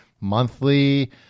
monthly